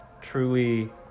truly